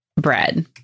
bread